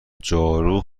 جارو